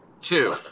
two